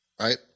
Right